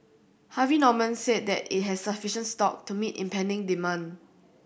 Harvey Norman said that it has sufficient stock to meet impending demand